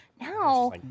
Now